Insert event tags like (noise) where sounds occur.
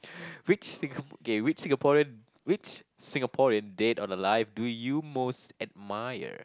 (breath) which Singap~ K which Singaporean which Singaporean dead or alive do you most admire